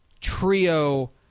trio